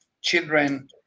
children